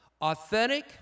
Authentic